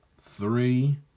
three